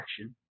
action